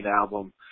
album